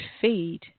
feed